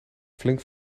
flink